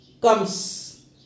comes